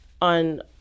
on